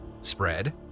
spread